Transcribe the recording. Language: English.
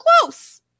close